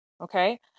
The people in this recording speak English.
okay